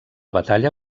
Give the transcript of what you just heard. batalla